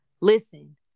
listen